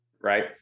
right